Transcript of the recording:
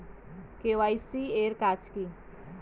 KYC এর কাজ কি?